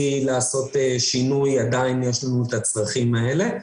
לעשות שינוי עדיין יש לנו את הצרכים האלה.